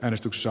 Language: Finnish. äänestyksessä